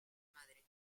madre